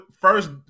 first